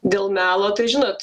dėl melo tai žinot